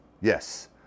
yes